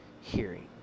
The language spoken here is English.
hearing